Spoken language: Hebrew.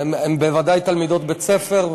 הן בוודאי תלמידות בית-ספר,